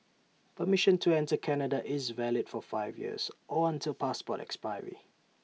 permission to enter Canada is valid for five years or until passport expiry